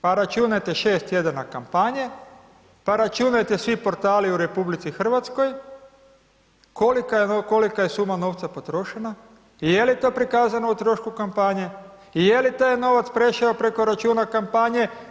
Pa računajte 6 tjedana kampanje, pa računajte svi portali u RH, kolika je suma novca potrošena, je li to prikazano u trošku kampanje, je li taj novac prešao preko računa kampanja?